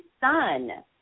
son